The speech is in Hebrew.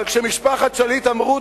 אבל כשמשפחת שליט אמרו,